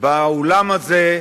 באולם הזה,